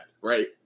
right